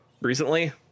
recently